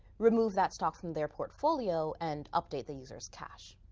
remove that stock from their portfolio and update the user's cash.